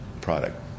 product